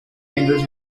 andes